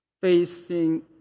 facing